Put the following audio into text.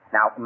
Now